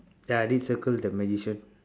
ya I didn't circle the magician